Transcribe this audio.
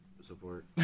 support